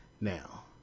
Now